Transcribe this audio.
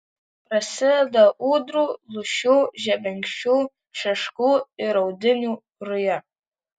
prasideda ūdrų lūšių žebenkščių šeškų ir audinių ruja